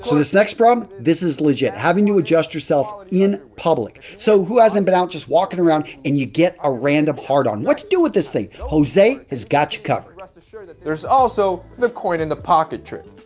so this next problem, this is legit, having to adjust yourself in public. so, who hasn't been out just walking around and you get a random hard on? what to do with this thing? jose has got you covered. jose rest assured that there's also the coin in the pocket shirt.